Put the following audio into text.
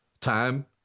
Time